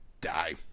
die